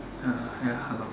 ya hello